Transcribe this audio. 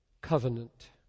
covenant